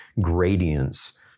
gradients